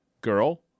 girl